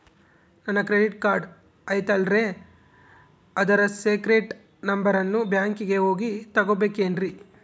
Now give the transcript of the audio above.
ನನ್ನ credit card ಐತಲ್ರೇ ಅದರ ಸೇಕ್ರೇಟ್ ನಂಬರನ್ನು ಬ್ಯಾಂಕಿಗೆ ಹೋಗಿ ತಗೋಬೇಕಿನ್ರಿ?